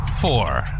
four